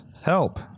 help